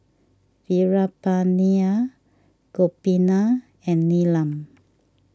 Veerapandiya Gopinath and Neelam